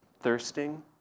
thirsting